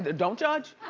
don't judge.